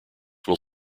will